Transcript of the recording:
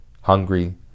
hungry